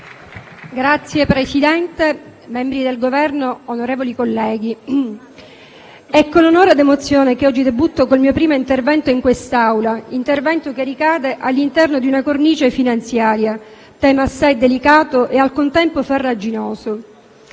Signor Presidente, membri del Governo, onorevoli colleghi, è con onore ed emozione che oggi debutto col mio primo intervento in quest'Aula. Intervento che ricade all'interno di una cornice finanziaria, tema assai delicato e al contempo farraginoso.